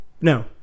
No